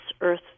earth